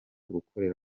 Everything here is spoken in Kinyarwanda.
gukorera